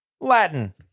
Latin